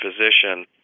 physician